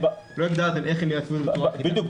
לא הגדרתם איך הם יעשו --- בדיוק,